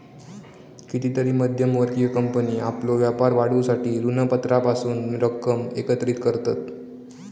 कितीतरी मध्यम वर्गीय कंपनी आपलो व्यापार वाढवूसाठी ऋणपत्रांपासून रक्कम एकत्रित करतत